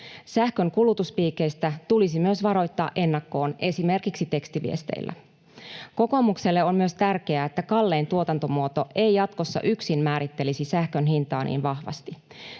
Sähkön kulutuspiikeistä tulisi myös varoittaa ennakkoon esimerkiksi tekstiviesteillä. Kokoomukselle on myös tärkeää, että kallein tuotantomuoto ei jatkossa yksin määrittelisi sähkön hintaa niin vahvasti.